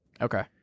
Okay